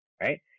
right